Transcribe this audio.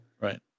Right